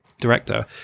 director